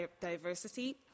diversity